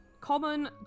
Common